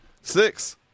Six